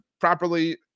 properly